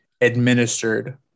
administered